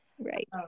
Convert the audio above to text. Right